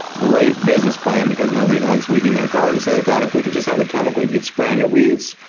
great business plan because nobody likes weeding their garden. so they thought, if we could just have a chemical you could spray on your weeds,